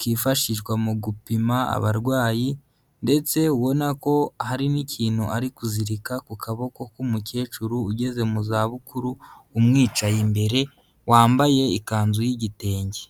kifashishwa mu gupima abarwayi ndetse ubona ko hari n'ikintu ari kuzirika ku kaboko k'umukecuru ugeze mu zabukuru umwicaye imbere, wambaye ikanzu y'igitenge.